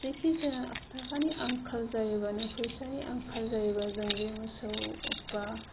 जेखिजाया आफथाकानि आंखाल जायोबानो फैसानि आंखाल जायोबा जों बे मोसौ बा